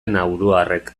nauruarrek